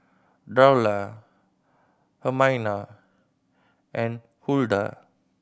Darla Hermina and Huldah